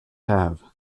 have